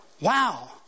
wow